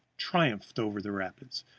triumphed over the rapids,